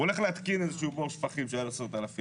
הוא הולך להתקין איזשהו בור שפכים שעולה לו 10,000,